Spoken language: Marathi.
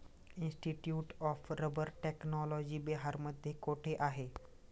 इन्स्टिट्यूट ऑफ रबर टेक्नॉलॉजी बिहारमध्ये कोठे आहे?